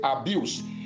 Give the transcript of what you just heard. abuse